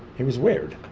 he was weird.